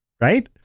right